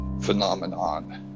phenomenon